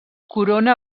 corona